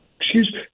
excuse